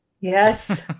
Yes